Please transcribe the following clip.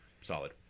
Solid